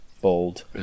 bold